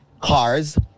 cars